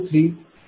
u